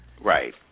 right